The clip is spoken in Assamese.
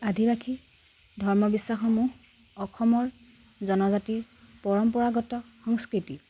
আদিবাসী ধৰ্ম বিশ্বাসসমূহ অসমৰ জনজাতিৰ পৰম্পৰাগত সংস্কৃতি